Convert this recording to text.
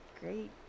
great